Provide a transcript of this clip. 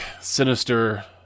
sinister